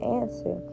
answer